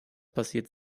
passiert